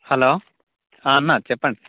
hello అన్న చెప్పండి